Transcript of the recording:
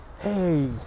hey